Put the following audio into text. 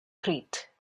crete